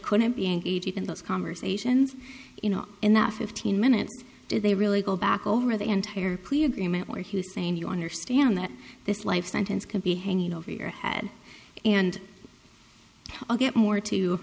couldn't be engaged in those conversations you know in that fifteen minutes did they really go back over the entire plea agreement where he was saying you understand that this life sentence can be hanging over your head and i'll get more to